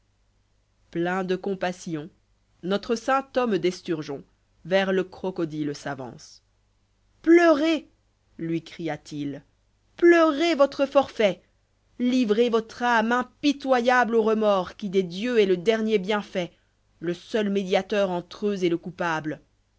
plein de compassion notre saint homme d'esturgeon vers le crocodile s'avance plcuiez lui cria-t-il pleurez votre forfait livrez votre âme impitoyable livre v isi u remords qui des dieux est le dernier bienfait le seul médiateur entre eux et le coupable